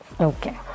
okay